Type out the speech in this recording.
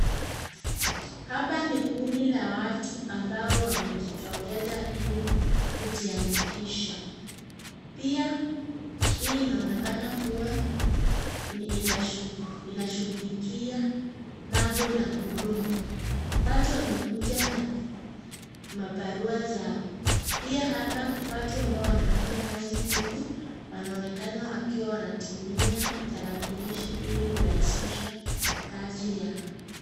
Kundi la watu ambao wamejitokeza ili kujiandikisha. Inaonekana kuwa inashughulikia mambo na huduma, watu wamekuja na mabarua zao pia hapa watu ambao wanafanya kazi huku wanaonekana kuwa wanatumia tarakilishi ili kurahishisha kazi yao.